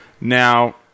Now